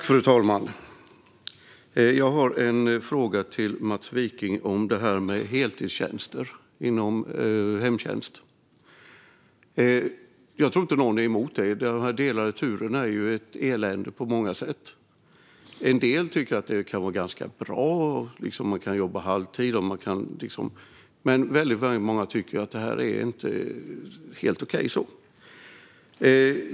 Fru talman! Jag har en fråga till Mats Wiking om heltidstjänster inom hemtjänst. Jag tror inte att någon är emot detta. Delade turer är på många sätt ett elände. En del tycker att det kan vara bra att kunna jobba halvtid. Men väldigt många tycker inte att det är helt okej.